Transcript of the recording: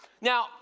now